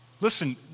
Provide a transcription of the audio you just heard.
Listen